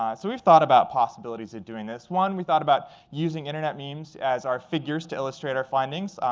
um so we've thought about possibilities of doing this. one, we thought about using internet memes as our figures to illustrate our findings.